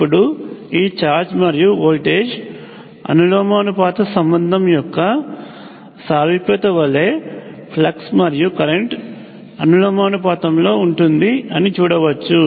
ఇప్పుడు ఈ ఛార్జ్ మరియు వోల్టేజ్ అనులోమానుపాత సంబంధం యొక్క సారూప్యత వలె ఫ్లక్స్ మరియు కరెంట్ అనులోమానుపాతంలో ఉంటుంది అని చూడవచ్చు